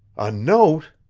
a note!